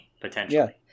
potentially